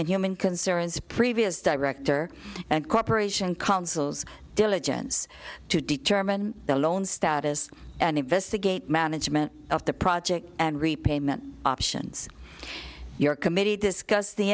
and human concerns previous director and cooperation councils diligence to determine the loan status and investigate management of the project and repayment options your committee discuss the